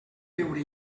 veure